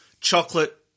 chocolate